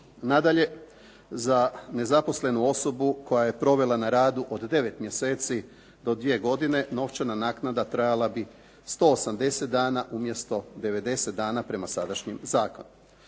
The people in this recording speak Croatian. Nadalje, za nezaposlenu osobu koja je provela na radu od 9 mjeseci do 2 godine novčana naknada trajala bi 180 dana umjesto 90 dana prema sadašnjem zakonu.